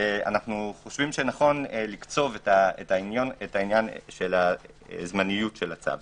אנו חושבים שנכון לקצוב את העניין של הזמניות של הצו.